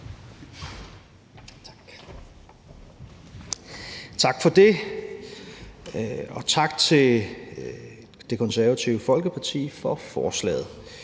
Tak for det, og tak til Det Konservative Folkeparti for forslaget.